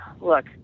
Look